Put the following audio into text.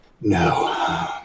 No